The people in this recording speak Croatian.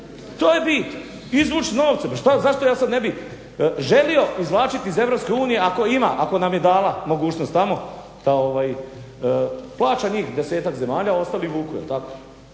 To je bit, izvuč novce. Pa zašto ja sad ne bi želio izvlačit iz EU ako ima, ako nam je dala mogućnost tamo da plaća njih desetak zemalja. Ostali vuku,